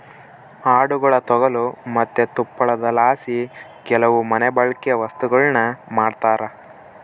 ಆಡುಗುಳ ತೊಗಲು ಮತ್ತೆ ತುಪ್ಪಳದಲಾಸಿ ಕೆಲವು ಮನೆಬಳ್ಕೆ ವಸ್ತುಗುಳ್ನ ಮಾಡ್ತರ